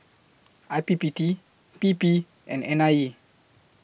I P P T P P and N I E